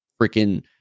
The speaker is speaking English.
freaking